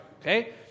Okay